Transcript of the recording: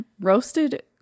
roasted